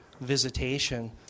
visitation